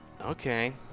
Okay